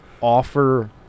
offer